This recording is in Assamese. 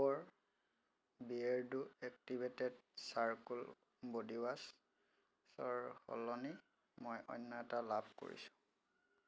বিয়েৰ্ডো এক্টিভেটেড চাৰকোল বডিৱাছ ছৰ সলনি মই অন্য এটা লাভ কৰিছোঁ